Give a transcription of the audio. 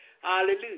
Hallelujah